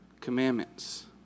commandments